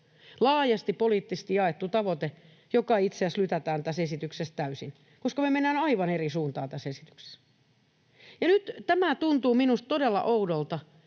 laajasti poliittisesti jaettu tavoite, joka itse asiassa lytätään tässä esityksessä täysin, koska me mennään aivan eri suuntaan tässä esityksessä. Ja nyt tämä tuntuu minusta todella oudolta,